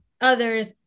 others